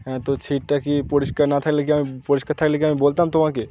হ্যাঁ তো সিটটা কি পরিষ্কার না থাকলে কি আমি পরিষ্কার থাকলে কি আমি বলতাম তো আমাকে